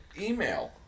email